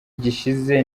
gishize